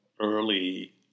early